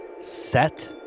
set